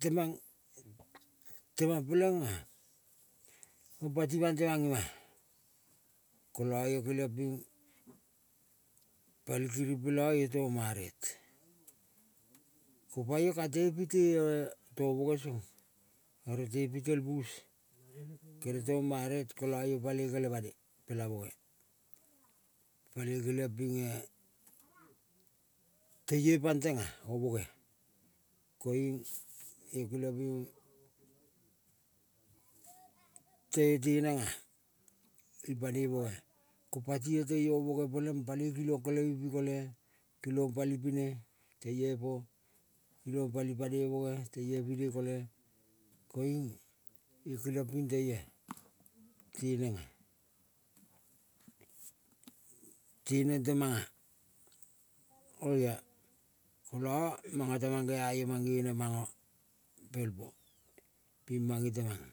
temang, temang pelenga ko pati mang temang ima-a ka tepi to boge song oro tepi tel bus kere to maret. Kola io paloi kole mane pela boge. Paloi keliang pinge teio pang tenga o boge. Koiung ping teio tenga ipane bogea. Ko pati io teio peleng paloi kilong kele ming pi kole, kilong pali pine. Teio po, kilong pali pane boge teio pine kole, koiung io keliang ping teioa tenenga. Teneng temanga oia kola manga ta mangea io mangene manga pel po, mange temanga.